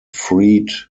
freed